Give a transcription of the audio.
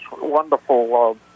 wonderful